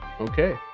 Okay